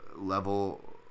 level